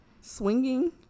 swinging